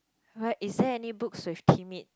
what is there any books with timid